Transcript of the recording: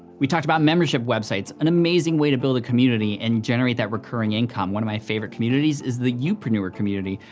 we talked about membership websites, an amazing way to build a community, and generate that recurring income, one of my favorite communities is the youpreneur community,